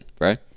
right